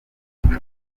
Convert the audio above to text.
izere